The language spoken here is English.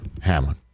hamlin